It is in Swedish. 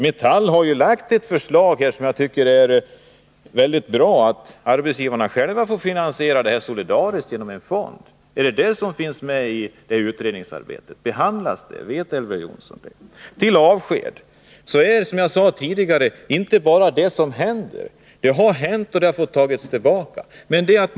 Metall har ju lagt fram ett förslag, som jag tycker är mycket bra, nämligen att arbetsgivarna själva får finansiera detta solidariskt genom en fond. Är det det som finns medi utredningsarbetet? Behandlas det i utredningen? Vet Elver Jonsson det? Beträffande avsked så är det, som jag sade tidigare, inte bara fråga om det som händer utan också om det som har hänt. Avsked har utfärdats och fått tas tillbaka.